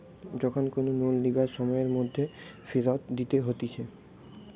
যখন কোনো লোন লিবার সময়ের মধ্যে ফেরত দিতে হতিছে